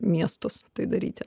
miestus tai daryti